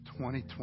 2020